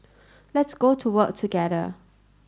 let's go to work together